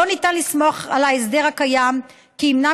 לא ניתן לסמוך על ההסדר הקיים שימנע